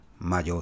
Mayor